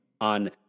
on